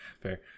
Fair